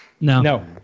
No